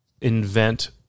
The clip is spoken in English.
invent